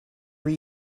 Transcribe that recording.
were